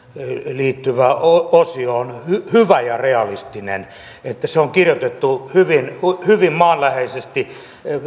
liittyvä osio on hyvä ja realistinen se on kirjoitettu hyvin hyvin maanläheisesti